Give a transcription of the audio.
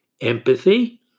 empathy